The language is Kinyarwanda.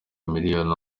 imiliyoni